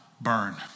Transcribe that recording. burn